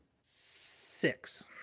six